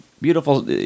beautiful